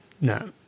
No